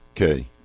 okay